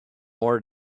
more